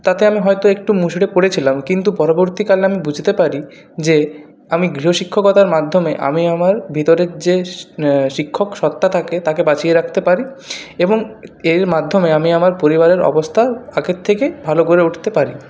তাতে আমি হয়তো একটু মুষড়ে পড়েছিলাম কিন্তু পরবর্তীকালে আমি বুঝতে পারি যে আমি গৃহশিক্ষকতার মাধ্যমে আমি আমার ভিতরের যে শিক্ষক সত্ত্বা থাকে তাকে বাঁচিয়ে রাখতে পারি এবং এর মাধ্যমে আমি আমার পরিবারের অবস্থা আগের থেকে ভালো করে উঠতে পারি